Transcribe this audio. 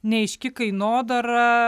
neaiški kainodara